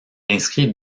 inscrit